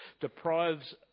deprives